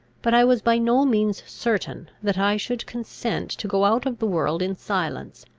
but i was by no means certain, that i should consent to go out of the world in silence,